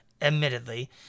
admittedly